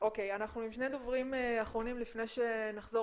אנחנו עם שני דוברים אחרים לפני שנחזור